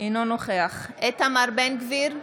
אינו נוכח איתמר בן גביר,